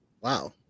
wow